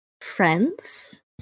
friends